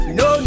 no